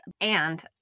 And-